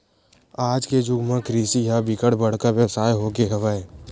आज के जुग म कृषि ह बिकट बड़का बेवसाय हो गे हवय